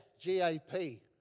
G-A-P